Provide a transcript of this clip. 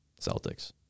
Celtics